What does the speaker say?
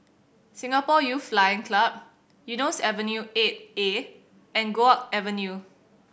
Singapore Youth Flying Club Eunos Avenue Eight A and Guok Avenue